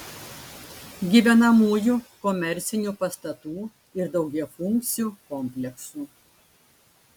gyvenamųjų komercinių pastatų ir daugiafunkcių kompleksų